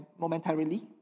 momentarily